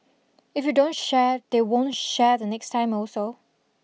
if you don't share they won't share next time also